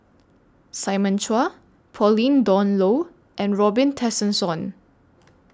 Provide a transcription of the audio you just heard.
Simon Chua Pauline Dawn Loh and Robin Tessensohn